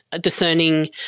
discerning